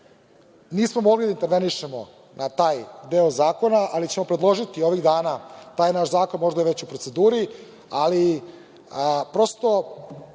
Nismo mogli da intervenišemo na taj deo zakona ali ćemo predložiti ovih dana, taj naš zakon, možda je već u proceduri, ali prosto